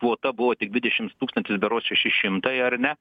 kvota buvo tik dvidešims tūkstantis berods šeši šimtai ar ne